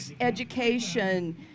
education